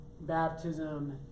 baptism